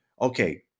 okay